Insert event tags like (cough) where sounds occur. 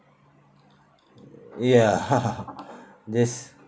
ya (laughs) just